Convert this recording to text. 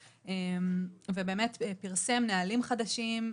האגף קיבל תקציבים ובאמת פרסם נהלים חדשים,